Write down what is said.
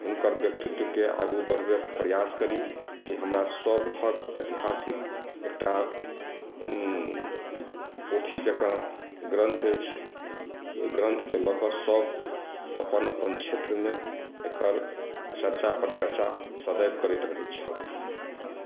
हिनकर व्यक्तित्वके आगू बढ़बैक प्रयास करी ई हमरा सभक ऐतिहासिक एकटा पोथी जकाँ ग्रन्थ अछि ओहि ग्रन्थ के लऽ कऽ सब अपन अपन क्षेत्रमे एकर चर्चा प्रचर्चा सदैव करैत रहै छथि